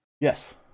Yes